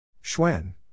Schwen